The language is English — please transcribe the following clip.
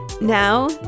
Now